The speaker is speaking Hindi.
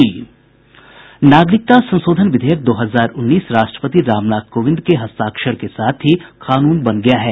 नागरिकता संशोधन विधेयक दो हजार उन्नीस राष्ट्रपति रामनाथ कोविंद के हस्ताक्षर के साथ ही कानून बन गया है